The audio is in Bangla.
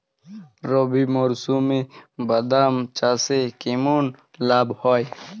রবি মরশুমে বাদাম চাষে কেমন লাভ হয়?